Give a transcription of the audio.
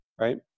Right